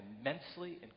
immensely